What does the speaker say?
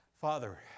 Father